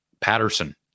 Patterson